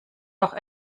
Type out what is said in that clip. noch